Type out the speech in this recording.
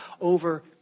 over